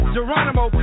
Geronimo